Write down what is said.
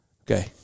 Okay